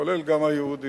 כולל גם היהודים.